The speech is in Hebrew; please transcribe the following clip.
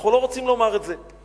אנחנו לא רוצים לומר את זה,